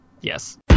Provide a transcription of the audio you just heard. Yes